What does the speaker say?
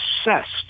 obsessed